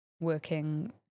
working